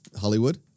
Hollywood